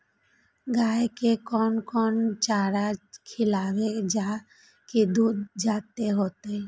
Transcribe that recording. गाय के कोन कोन चारा खिलाबे जा की दूध जादे होते?